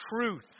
truth